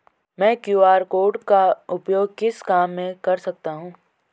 मैं QR code का उपयोग किस काम में कर सकता हूं?